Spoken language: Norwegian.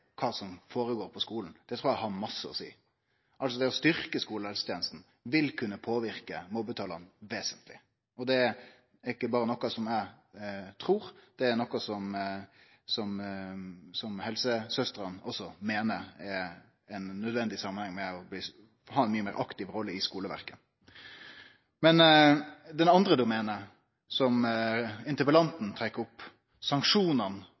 kva som føregår på skolen, har mykje å seie. Det å styrkje skolehelsetenesta vil kunne påverke mobbetala vesentleg. Det er ikkje berre noko eg trur; det er noko som helsesøstrene også meiner er nødvendig i samanheng med å ha ei meir aktiv rolle i skoleverket. Det andre domenet som interpellanten trekkjer opp, tiltaka mot allereie dokumentert mobbing, sanksjonane,